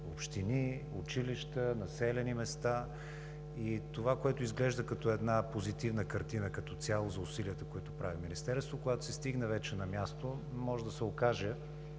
общини, училища, населени места. И това, което изглежда като една позитивна картина, като цяло за усилията, които прави Министерството, когато се стигне вече на място, може да се окаже,